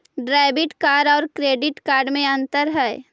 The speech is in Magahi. डेबिट कार्ड और क्रेडिट कार्ड में अन्तर है?